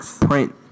print